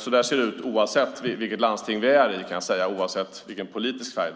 Så ser det ut oavsett landsting och oavsett politisk färg.